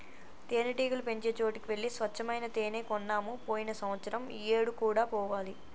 తేనెటీగలు పెంచే చోటికి వెళ్లి స్వచ్చమైన తేనే కొన్నాము పోయిన సంవత్సరం ఈ ఏడు కూడా పోవాలి